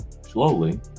Slowly